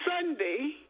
Sunday